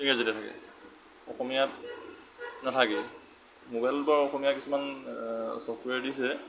ইংৰাজীতে থাকে অসমীয়াত নাথাকে ম'বাইলত বাৰু অসমীয়া কিছুমান ছফ্টৱেৰ দিছে